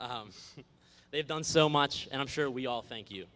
they've done so much and i'm sure we all thank you